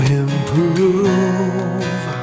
improve